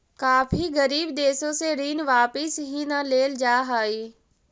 काफी गरीब देशों से ऋण वापिस ही न लेल जा हई